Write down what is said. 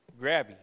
grabby